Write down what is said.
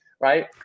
Right